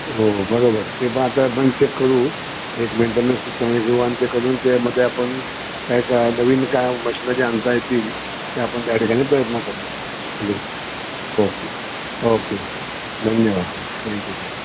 हो बरोबर ते ब आता पण ते करू एक मेंटेनस सिस्टम घेऊ आणि ते करून त्यामध्ये आपण काय काय नवीन काय मशनरी आणता येतील ते आपण त्या ठिकाणी प्रयत्न करू म्हणजे ओके ओके धन्यवाद थँक्यू थँक्यू